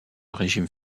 régime